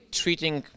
treating